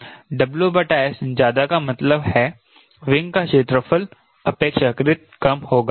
WS ज्यादा का मतलब है विंग का क्षेत्रफल अपेक्षाकृत कम होगा